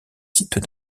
sites